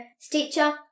Stitcher